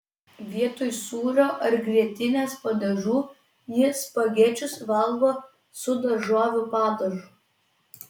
vietoj sūrio ar grietinės padažų ji spagečius valgo su daržovių padažu